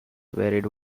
varied